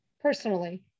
personally